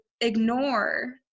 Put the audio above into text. ignore